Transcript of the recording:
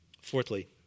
fourthly